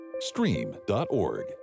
Stream.org